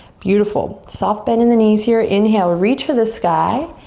beautiful, soft bend in the knees here, inhale reach for the sky.